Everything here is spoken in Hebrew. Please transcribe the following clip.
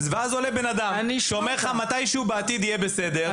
ואז עולה גלעד ואומר לך שמתישהו בעתיד יהיה בסדר.